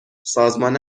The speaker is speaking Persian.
سازمان